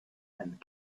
and